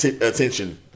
attention